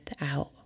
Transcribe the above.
out